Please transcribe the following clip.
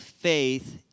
faith